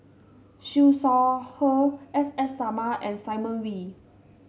Siew Shaw Her S S Sarma and Simon Wee